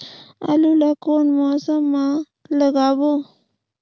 आलू ला कोन मौसम मा लगाबो?